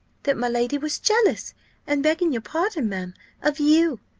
that my lady was jealous and, begging your pardon, ma'am of you.